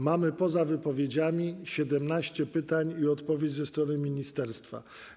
Mamy poza wypowiedziami 17 pytań i odpowiedź ze strony ministerstwa.